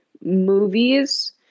movies